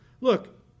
Look